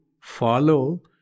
follow